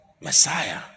messiah